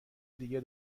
دیگه